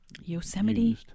Yosemite